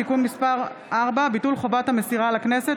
(תיקון מס' 4) (ביטול חובת המסירה לכנסת),